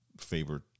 favorite